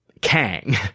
Kang